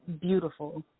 beautiful